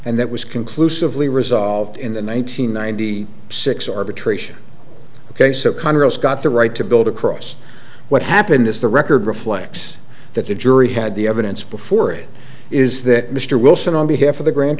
and that was conclusively resolved in the one nine hundred ninety six arbitration ok so congress got the right to build across what happened is the record reflects that the jury had the evidence before it is that mr wilson on behalf of the grand